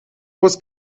was